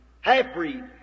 half-breed